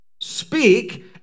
speak